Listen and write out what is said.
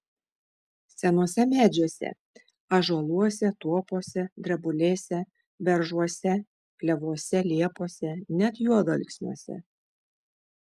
senuose medžiuose ąžuoluose tuopose drebulėse beržuose klevuose liepose net juodalksniuose